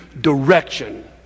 direction